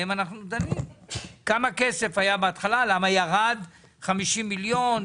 אנחנו הולכים לעשות חוק שהולך לקחת מכם 150 מיליון.